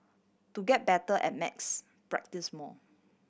to get better at maths practise more